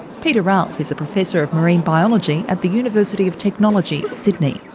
peter ralph is a professor of marine biology at the university of technology, sydney.